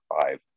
five